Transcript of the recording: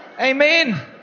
Amen